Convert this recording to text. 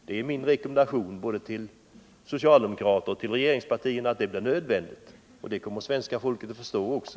Det är min rekommendation både till socialdemokraterna och till regeringspartierna. Det blir nödvändigt, och det kommer svenska folket att förstå.